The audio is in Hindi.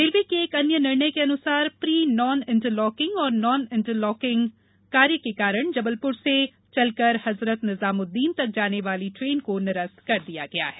रेलवे के एक अन्य निर्णय के अनुसार प्री नॉन इंटरलॉकिंग एवं नॉन इंटरलॉकिंग कार्य के कारण जबलपुर से चलकर हजरत निजामुद्दीन तक जाने वाली ट्रेन को निरस्त कर दिया है